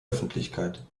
öffentlichkeit